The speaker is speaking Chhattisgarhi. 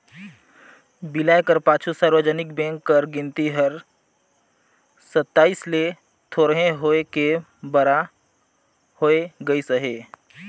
बिलाए कर पाछू सार्वजनिक बेंक कर गिनती हर सताइस ले थोरहें होय के बारा होय गइस अहे